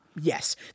Yes